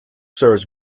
serves